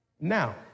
Now